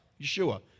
Yeshua